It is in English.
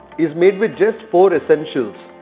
is made with just four essentials.